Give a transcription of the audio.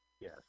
Yes